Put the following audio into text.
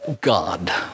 God